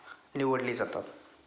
निवडली जातात